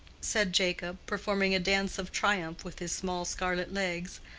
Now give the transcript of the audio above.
said jacob, performing a dance of triumph with his small scarlet legs,